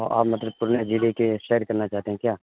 آپ مطلب پورنیہ ضلع کے سیر کرنا چاہتے ہیں کیا